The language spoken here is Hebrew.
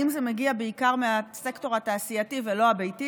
אם זה מגיע בעיקר מהסקטור התעשייתי ולא הביתי.